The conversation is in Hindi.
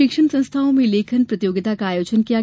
शिक्षण संस्थाओं में लेखन प्रतियोगिता का आयोजन किया गया